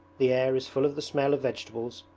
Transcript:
the air is full of the smell of vegetables,